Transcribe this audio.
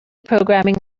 programming